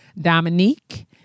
Dominique